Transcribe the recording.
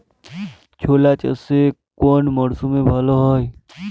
ছোলা চাষ কোন মরশুমে ভালো হয়?